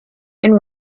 and